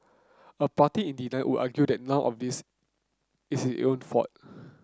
a party in denial would argue that none of this is it own fault